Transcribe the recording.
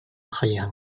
хайыһан